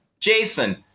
Jason